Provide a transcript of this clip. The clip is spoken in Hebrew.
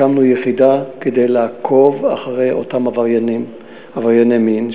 הקמנו יחידה כדי לעקוב אחרי אותם עברייני מין,